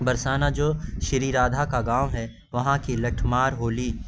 برسانہ جو شری رادھا کا گاؤں ہے وہاں کی لٹھمار ہولی